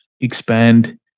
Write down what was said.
expand